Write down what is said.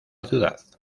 ciudad